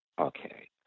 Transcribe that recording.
Okay